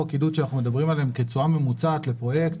שאנחנו מדברים עליהן כתשואה ממוצעת לפרויקט,